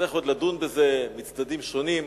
ונצטרך עוד לדון בזה מצדדים שונים,